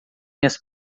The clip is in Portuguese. minhas